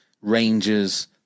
Rangers